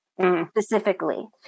specifically